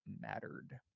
mattered